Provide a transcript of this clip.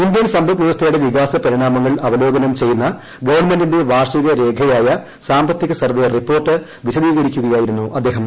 Indian സമ്പദ് വൃവസ്ഥയുടെ വികാസ പരിണാമങ്ങൾ അവലോകനം ചെയ്യുന്ന ഗവൺമെന്റിന്റെ വാർഷിക രേഖയായ സാമ്പത്തിക സർവെ റിപ്പോർട്ട് വിശദീകരിക്കുകയായിരുന്നു അദ്ദേഹം